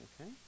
okay